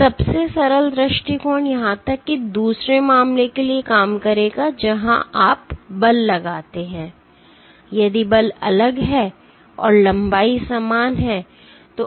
तो सबसे सरल दृष्टिकोण यहां तक कि दूसरे मामले के लिए काम करेगा जहां आप बल लगाते हैं यदि बल अलग हैं और लंबाई समान हैं